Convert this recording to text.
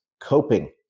coping